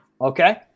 Okay